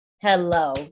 hello